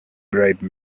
bribe